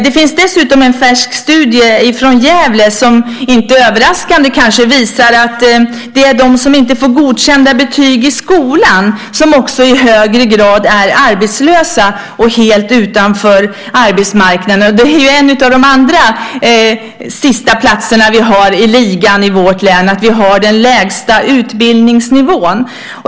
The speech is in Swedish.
Det finns dessutom en färsk studie från Gävle som inte överraskande visar att det är de som inte får godkända betyg i skolan som också i högre grad är arbetslösa och helt utanför arbetsmarknaden. Det är en av de andra sistaplatserna vi har i ligan i vårt län, nämligen att vi har den lägsta utbildningsnivån.